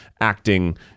acting